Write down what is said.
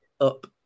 up